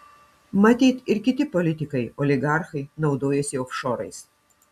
matyt ir kiti politikai oligarchai naudojasi ofšorais